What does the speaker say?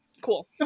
cool